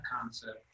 concept